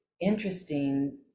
interesting